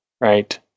right